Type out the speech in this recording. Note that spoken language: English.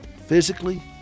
physically